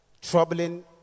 troubling